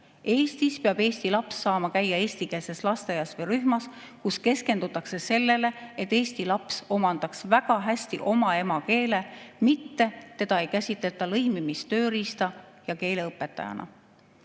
Eestis peab eesti laps saama käia eestikeelses lasteaias või rühmas, kus keskendutakse sellele, et eesti laps omandaks väga hästi oma emakeele, mitte teda ei käsitleta lõimimistööriista ja keeleõpetajana.